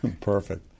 Perfect